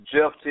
Jeff